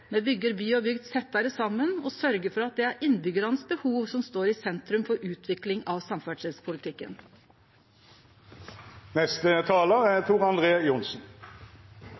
Me byggjer by og bygd tettare saman og sørgjer for at det er behova til innbyggjarane som står i sentrum for utviklinga av samferdselspolitikken. Jeg har tatt på meg rødt slips i dag. Det er